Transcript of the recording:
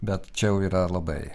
bet čia jau yra labai